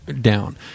down